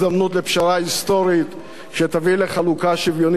שתביא לחלוקה שוויונית יותר בנטל השירות,